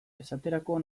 esaterako